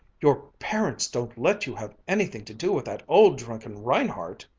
your parents don't let you have anything to do with that old, drunken reinhardt!